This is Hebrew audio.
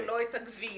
אבל לא את הגבייה.